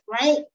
right